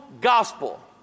gospel